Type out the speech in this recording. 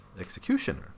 executioner